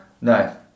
No